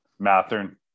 Mathern